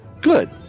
good